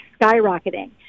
skyrocketing